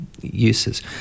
uses